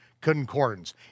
concordance